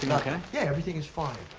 and okay? yeah, everything is fine.